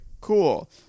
Cool